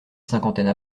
cinquantaine